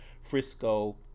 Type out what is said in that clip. Frisco